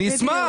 אני אשמח.